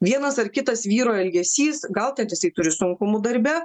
vienas ar kitas vyro elgesys gal ten jisai turi sunkumų darbe